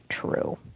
true